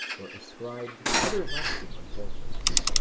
were ascribed everlasting importance,